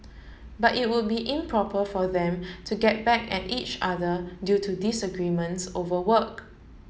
but it would be improper for them to get back at each other due to disagreements over work